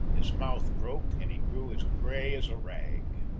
his mouth broke and he grew as grey as a rag.